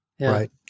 Right